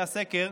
היה סקר,